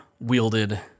wielded